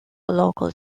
local